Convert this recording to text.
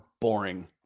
boring